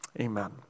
Amen